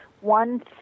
one